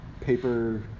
paper